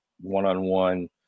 one-on-one